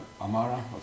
Amara